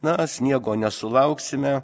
na sniego nesulauksime